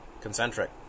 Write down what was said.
concentric